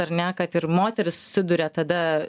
ar ne kad ir moterys susiduria tada